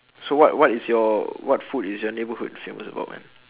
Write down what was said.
so what what is your what food is your neighbourhood famous about man